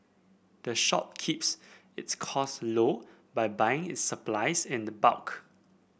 the shop keeps its cost low by buying its supplies in the bulk